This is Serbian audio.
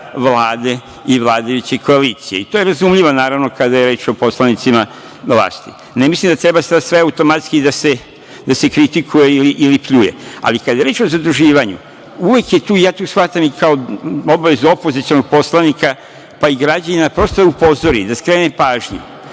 i vladajuće koalicije. I to je razumljivo, naravno, kada je reč o poslanicima vlasti. Ne mislim da treba sad sve automatski da se kritikuje ili pljuje, ali kada je reč o zaduživanju, uvek je tu i ja to shvatam i kao obavezu opozicionog poslanika, pa i građanina, prosto da upozori, da skrene pažnju